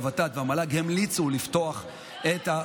הוות"ת והמל"ג המליצו לפתוח את,